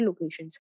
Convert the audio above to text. locations